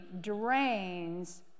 drains